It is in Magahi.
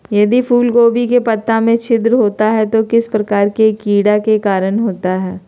यदि फूलगोभी के पत्ता में छिद्र होता है तो किस प्रकार के कीड़ा के कारण होता है?